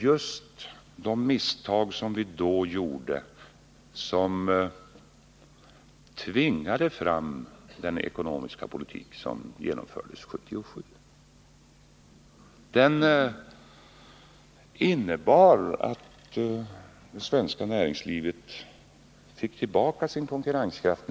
Just de misstag som vi då gjorde tvingade fram den ekonomiska politik som genomfördes 1977. Den innebar att det svenska näringslivet började få tillbaka sin konkurrenskraft.